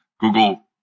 Google